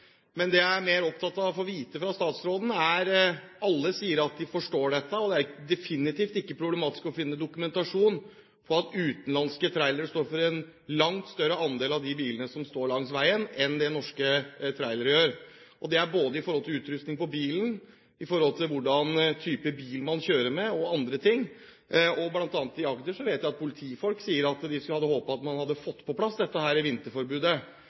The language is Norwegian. Men det jeg er mer opptatt av å få vite fra statsråden, er: Alle sier de forstår dette, og det er definitivt ikke problematisk å finne dokumentasjon på at utenlandske trailere står for en langt større andel av de bilene som står langs veien, enn det norske trailere gjør – både i forhold til utrustning på bilen, hvordan type bil man kjører, og andre ting. Blant annet i Agder vet jeg at politifolk sier at de hadde håpet at man hadde fått på plass